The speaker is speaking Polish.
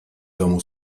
domu